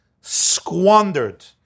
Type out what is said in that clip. squandered